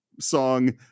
song